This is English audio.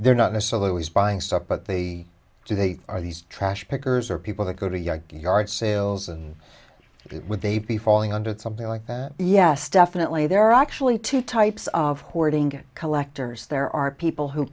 they're not necessarily always buying stuff but they do they are these trash pickers or people that go to yard sales and it would they be falling under something like that yes definitely there are actually two types of hoarding collectors there are people who